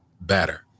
better